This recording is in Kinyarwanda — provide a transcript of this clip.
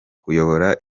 kuyobora